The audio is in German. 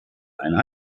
einer